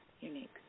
unique